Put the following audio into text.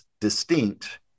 distinct